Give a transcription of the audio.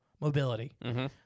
mobility